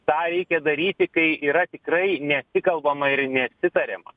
tą reikia daryti kai yra tikrai nesikalbama ir nesitariama